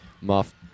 muff